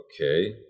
Okay